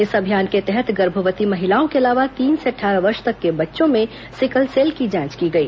इस अभियान के तहत गर्भवती महिलाओं के अलावा तीन से अट्ठारह वर्ष तक के बच्चों में सिकलसेल की जांच की गई